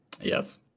yes